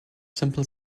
simple